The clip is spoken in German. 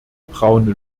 braune